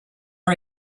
are